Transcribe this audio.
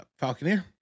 Falconeer